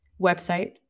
website